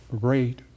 great